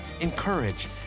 encourage